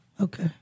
Okay